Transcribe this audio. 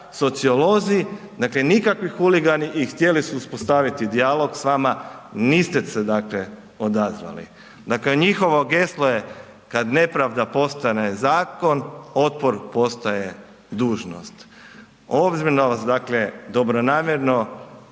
sociolozi dakle nikakvi huligani i htjeli su uspostaviti dijalog s vama, niste se odazvali. Dakle njihovo geslo je „kada nepravda postane zakon, otpor postaje dužnost“. Ozbiljno vas dobronamjerno